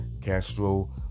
Castro